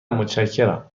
متشکرم